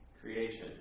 creation